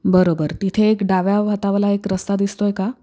बरोबर तिथे एक डाव्याव हातावला एक रस्ता दिसतो आहे का